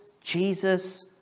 Jesus